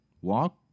walk